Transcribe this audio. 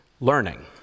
learning